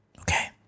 Okay